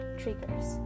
triggers